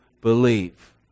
believe